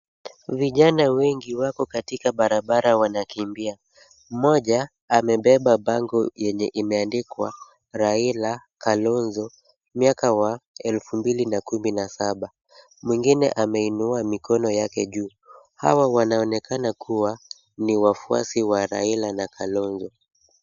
Vijana wengi wako katika barabara wanakimbia, mmoja amebeba bango yenye imeandikwa Raila- Kalonzo miaka wa elfu mbili na kumi na saba. Mwingine ameinua mikono yake juu. Hawa wanaonekana kuwa ni wafuasi wa Raila na Kalonzo.